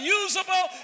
usable